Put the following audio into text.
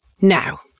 Now